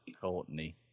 Courtney